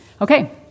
okay